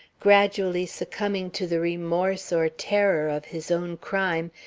gradually succumbing to the remorse or terror of his own crime,